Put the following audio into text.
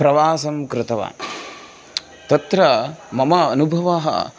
प्रवासं कृतवान् तत्र मम अनुभवः